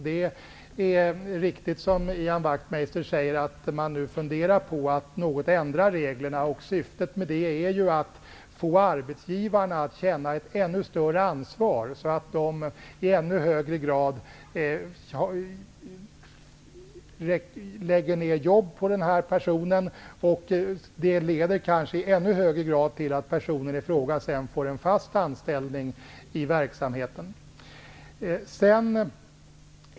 Det är som Ian Wachtmeister säger riktigt att man nu funderar på att något ändra reglerna. Syftet med det är att få arbetsgivarna att känna ett ännu större ansvar, så att de i ännu högre grad lägger ned jobb på personen. Det leder kanske i ännu högre grad till att personen i fråga sedan får en fast anställning i verksamheten.